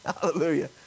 Hallelujah